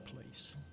please